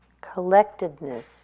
collectedness